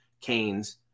Canes